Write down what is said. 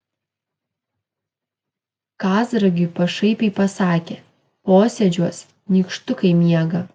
kazragiui pašaipiai pasakė posėdžiuos nykštukai miega